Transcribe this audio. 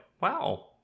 wow